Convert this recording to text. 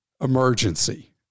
emergency